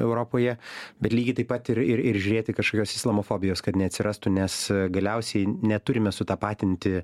europoje bet lygiai taip pat ir ir ir žiūrėti kažkokios islamofobijos kad neatsirastų nes galiausiai neturime sutapatinti